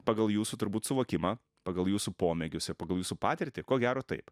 pagal jūsų turbūt suvokimą pagal jūsų pomėgius ir pagal jūsų patirtį ko gero taip